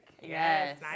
Yes